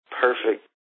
perfect